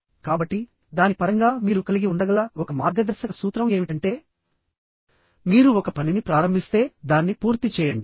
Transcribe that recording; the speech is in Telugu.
కాబట్టి దాని పరంగా మీరు కలిగి ఉండగల ఒక మార్గదర్శక సూత్రం ఏమిటంటే మీరు ఒక పనిని ప్రారంభిస్తే దాన్ని పూర్తి చేయండి